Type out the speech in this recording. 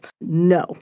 No